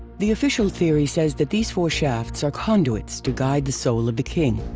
the official theory says that these four shafts are conduits to guide the soul of the king.